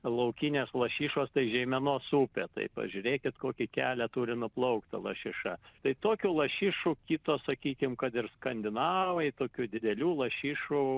laukinės lašišos tai žeimenos upė tai pažiūrėkit kokį kelią turi nuplaukti lašiša tai tokių lašišų kitos sakykime kad ir skandinavai tokių didelių lašišų